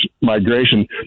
migration